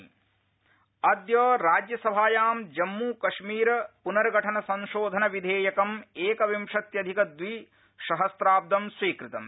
राज्यसभा जक अद्य राज्यसभायां जम्मू कश्मीर पुनर्गठन संशोधन विधेयकम् एकविंशत्यधिक द्विसहस्राब्दम् स्वीकृतम्